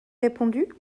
répondu